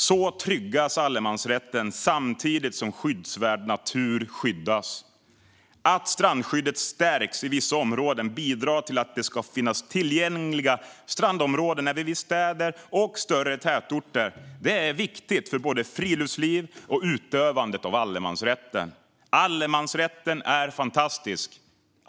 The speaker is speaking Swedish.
Så tryggas allemansrätten samtidigt som skyddsvärd natur skyddas. Att strandskyddet stärks i vissa områden bidrar till att det kommer att finnas tillgängliga strandområden även vid städer och större tätorter. Detta är viktigt för både friluftsliv och utövande av allemansrätten. Allemansrätten är fantastisk.